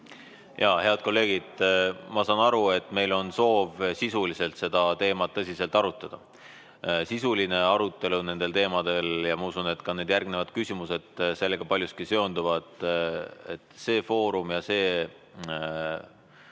saa? Head kolleegid! Ma saan aru, et meil on soov sisuliselt seda teemat tõsiselt arutada. Sisuline arutelu nendel teemadel – ma usun, et ka need järgnevad küsimused paljuski seonduvad sellega –, see foorum ja see